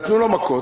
נתנו לו מכות